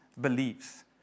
beliefs